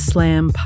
Slam